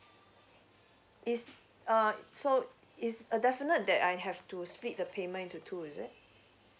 It's uh so It's a definite that I have to split the payment into two is it